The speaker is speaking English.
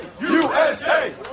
USA